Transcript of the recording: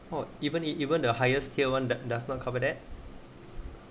orh even even the highest tier one that does not cover that